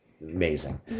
Amazing